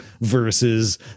versus